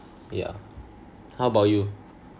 yeah how about you